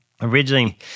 originally